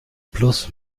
plus